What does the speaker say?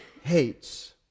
hates